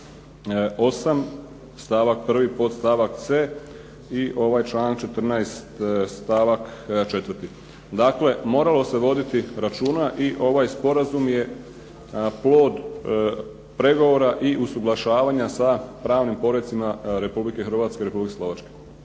8. stavak prvi podstavak C. I ovaj članak 14. stavak 4. Dakle, moralo se voditi računa i ovaj sporazum je plod pregovora i usuglašavanja sa pravnim porecima Republike Hrvatske i Republike Slovačke.